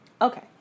Okay